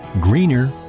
greener